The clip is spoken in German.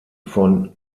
von